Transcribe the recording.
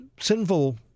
sinful